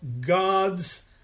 gods